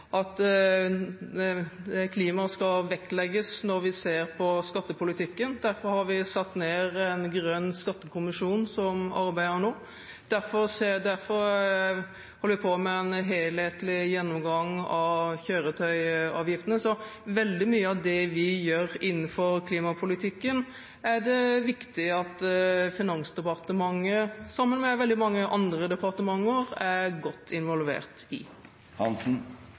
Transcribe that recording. at klimaet skal vektlegges når vi ser på skattepolitikken. Derfor har vi satt ned en grønn skattekommisjon, som arbeider nå, og derfor holder vi på med en helhetlig gjennomgang av kjøretøyavgiftene. Så veldig mye av det vi gjør innenfor klimapolitikken, er det viktig at Finansdepartementet sammen med veldig mange andre departementer er godt involvert i.